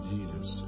Jesus